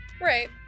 Right